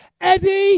Eddie